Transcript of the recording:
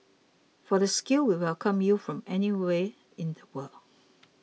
for the skilled we welcome you from anywhere in the world